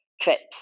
trips